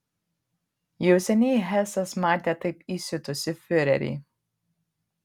jau seniai hesas matė taip įsiutusį fiurerį